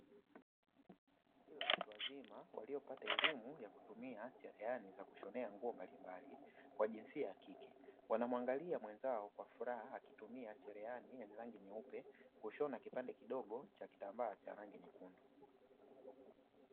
Kundi la watu wazima waliopata elimu ya kutumia cherehani za kushonea nguo mbalimbali wa jinsia ya kike, wanamwangalia mwenzao kwa furaha akitumia cherehani yenye rangi nyeupe kushona kipande kidogo cha kitambaa cha rangi nyekundu.